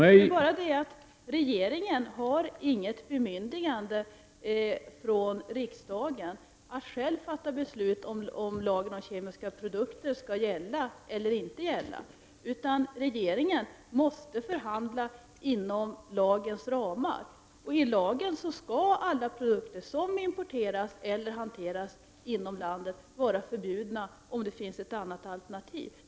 Herr talman! Jag vill bara säga att regeringen inte har något bemyndigande från riksdagen att själv fatta beslut om huruvida lagen om kemiska produkter skall gälla eller inte gälla. Regeringen måste förhandla inom lagens ramar. Enligt lagen skall alla produkter som importeras eller hanteras inom landet vara förbjudna om det finns ett annat alternativ.